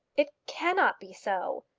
it cannot be so.